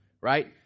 right